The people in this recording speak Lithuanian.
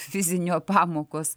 fizinio pamokos